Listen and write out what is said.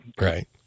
Right